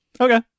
Okay